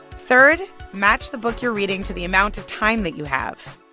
third, match the book you're reading to the amount of time that you have.